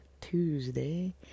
Tuesday